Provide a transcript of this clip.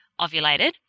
ovulated